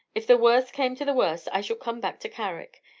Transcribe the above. if the worst came to the worst, i should come back to carrick,